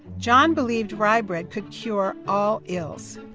john believed rye bread could cure all ills.